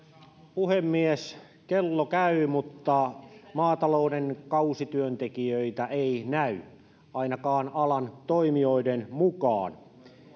puhemies kello käy mutta maatalouden kausityöntekijöitä ei näy ainakaan alan toimijoiden mukaan